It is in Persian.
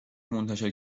منتشر